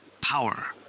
power